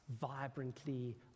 vibrantly